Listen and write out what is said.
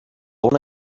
una